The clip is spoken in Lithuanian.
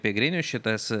apie grinių šitas